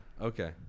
okay